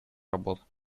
работ